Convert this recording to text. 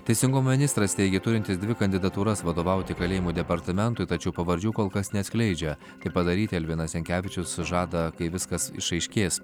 teisingumo ministras teigė turintis dvi kandidatūras vadovauti kalėjimų departamentui tačiau pavardžių kol kas neatskleidžia tai padaryti elvinas jankevičius žada kai viskas išaiškės